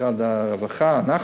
משרד הרווחה, אנחנו,